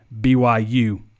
BYU